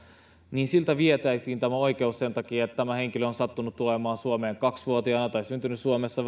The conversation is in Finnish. niin siltä vietäisiin tämä oikeus sen takia että tämä henkilö on sattunut tulemaan suomeen kaksi vuotiaana tai syntynyt suomessa